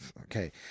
Okay